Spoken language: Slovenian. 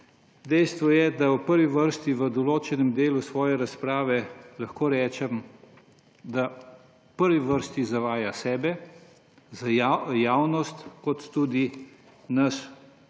Dejstvo je, da v prvi vrsti v določenem delu svoje razprave, lahko rečem, zavaja sebe, javnost kot tudi nas